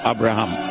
Abraham